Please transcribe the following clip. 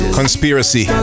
conspiracy